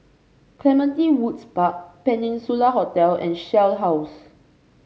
Clementi Woods Park Peninsula Hotel and Shell House